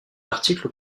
article